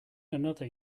another